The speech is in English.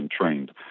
trained